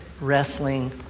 wrestling